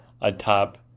atop